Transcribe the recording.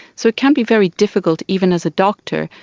so it can be very difficult, even as a doctor,